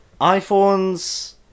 iPhones